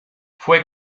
fue